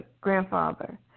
grandfather